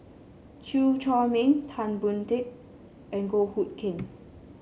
Chew Chor Meng Tan Boon Teik and Goh Hood Keng